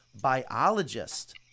biologist